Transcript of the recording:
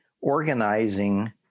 organizing